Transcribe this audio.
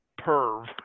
perv